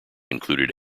included